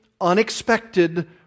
unexpected